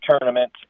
tournament